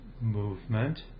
movement